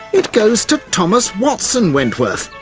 it goes to thomas watson wentworth,